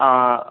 ആ